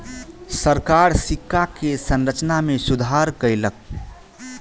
सरकार सिक्का के संरचना में सुधार कयलक